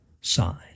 sign